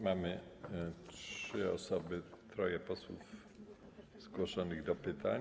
Mamy trzy osoby, troje posłów zgłoszonych do pytań.